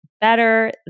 better